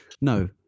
No